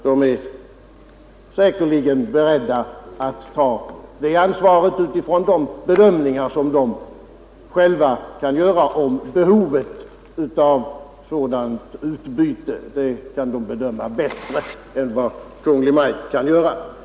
De är säkerligen beredda att ta det ansvaret utifrån de bedömingar som de själva kan göra av behovet av sådant utbyte; de kan bedöma bättre än vad Kungl. Maj:t kan göra.